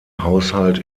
haushalt